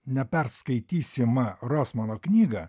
neperskaitysimą rosmano knygą